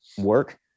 work